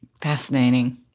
Fascinating